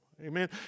amen